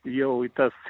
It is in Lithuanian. jau į tas